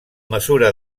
mesura